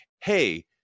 hey